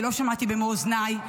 כי לא שמעתי במו אוזניי,